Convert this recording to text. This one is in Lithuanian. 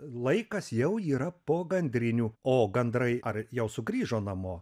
laikas jau yra po gandrinių o gandrai ar jau sugrįžo namo